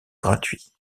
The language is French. gratuit